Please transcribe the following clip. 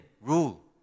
rule